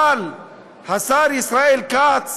אבל השר ישראל כץ